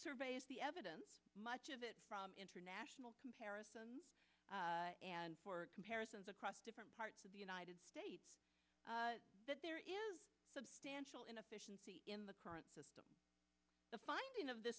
surveys the evidence much of it from international comparisons comparisons across different parts of the united states that there is substantial inefficiency in the current system the finding of the